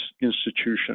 institution